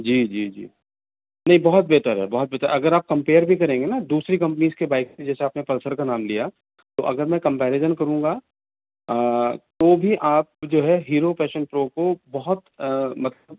جی جی جی نہیں بہت بہتر ہے بہت بہتر اگر آپ کمپیئر بھی کریں گے نا دوسری کمپنیز کے بائک سے جیسے آپ نے پلسر کا نام لیا تو اگر میں کمپریزن کروں گا تو بھی آپ جو ہے ہیرو پیشن پرو کو بہت مطلب